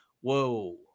whoa